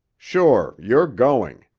sure you're going.